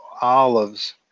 olives